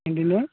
ఏంటండీ